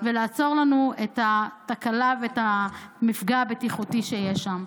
ולעצור לנו את התקלה ואת המפגע הבטיחותי שיש שם.